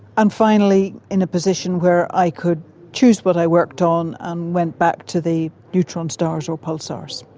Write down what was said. and finally in a position where i could choose what i worked on and went back to the neutron stars or pulsars.